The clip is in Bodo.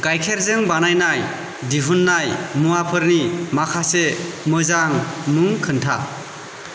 गायखेरजों बानायनाय दिहुननाय मुवाफोरनि माखासे मोजां मुं खोन्था